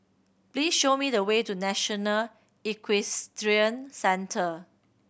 please show me the way to National Equestrian Centre